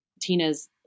Tina's